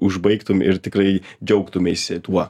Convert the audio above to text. užbaigtum ir tikrai džiaugtumeisi tuo